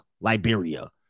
Liberia